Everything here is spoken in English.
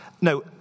No